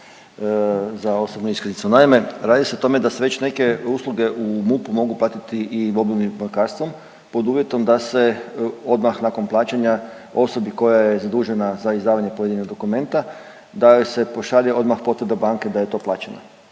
za osobnu iskaznicu. Naime, radi se o tome da se već neke usluge u MUP-u mogu platiti i mobilnim bankarstvom pod uvjetom da se odmah nakon plaćanja osobi koja je zadužena za izdavanje pojedinog dokumenta da joj se pošalje odmah potvrda banke da je to plaćeno